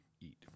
eat